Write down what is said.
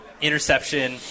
interception